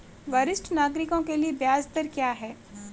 वरिष्ठ नागरिकों के लिए ब्याज दर क्या हैं?